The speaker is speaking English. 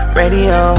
radio